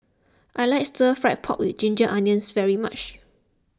I like Stir Fry Pork with Ginger Onions very much